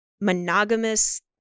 monogamous